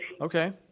Okay